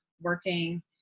working